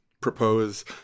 propose